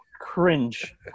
Cringe